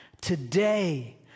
Today